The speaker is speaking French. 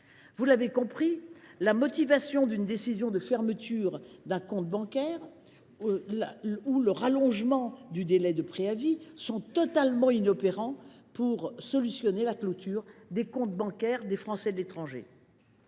Vous l’avez compris, la motivation d’une décision de fermeture d’un compte bancaire ou le rallongement du délai de préavis sont totalement inopérants pour résoudre le problème de la clôture des comptes bancaires des Français de l’étranger.